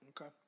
Okay